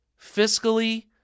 fiscally